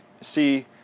see